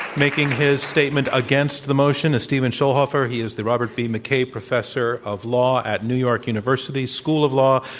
making his statement against the motion, is stephen schulhofer. he is the robert b. mckay professor of law at new york university school of law.